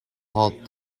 halt